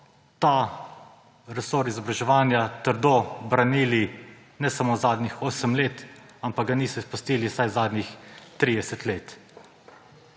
ta resor izobraževanja trdo branili ne samo zadnjih osem let, ampak ga niso izpustili vsaj zadnjih 30 let.